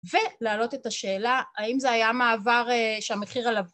ולהעלות את השאלה, האם זה היה מעבר שהמחיר עליו...